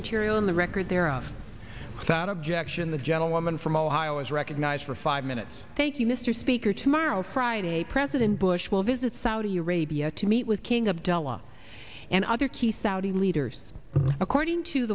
material on the record thereof that objection the gentlewoman from ohio is recognized for five minutes thank you mr speaker tomorrow friday president bush will visit saudi arabia to meet with king abdullah and other key saudi leaders according to